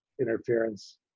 interference